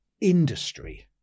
industry